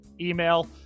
email